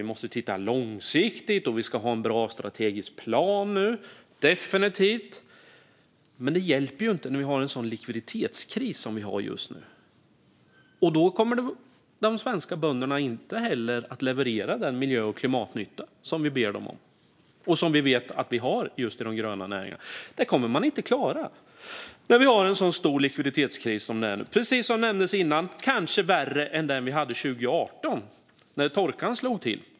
Vi måste titta långsiktigt, och vi ska ha en bra strategisk plan - definitivt! Men det hjälper inte när vi har en sådan likviditetskris som vi har just nu. Då kommer de svenska bönderna inte heller att leverera den miljö och klimatnytta som vi ber dem om och som vi vet att vi har just i de gröna näringarna. Det kommer man inte att klara när vi har en så stor likviditetskris, som nämndes kanske värre än den vi hade 2018 när torkan slog till.